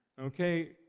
Okay